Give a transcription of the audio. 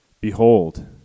Behold